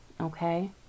okay